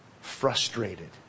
frustrated